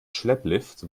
schlepplift